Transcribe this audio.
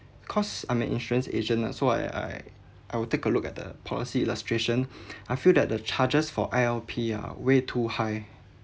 cause I'm an insurance agent lah so I I I will take a look at the policy illustration I feel that the charges for I_L_P are way too high